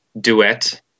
duet